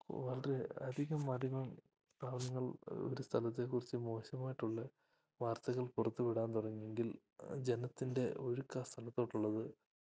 വളരെ അധികം മാധ്യമം മാധ്യമങ്ങൾ ഒരു സ്ഥലത്തെക്കുറിച്ച് മോശമായിട്ടുള്ള വാർത്തകൾ പുറത്ത് വിടാൻ തുടങ്ങിയെങ്കിൽ അത് ജനത്തിൻ്റെ ഒഴുക്കാ സ്ഥലത്തോട്ടുള്ളത്